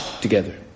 together